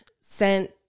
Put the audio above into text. sent